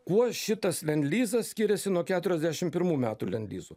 kuo šitas lendlizas skiriasi nuo keturiasdešim pirmų metų lendlizo